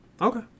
Okay